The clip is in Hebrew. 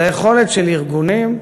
זה היכולת של ארגונים,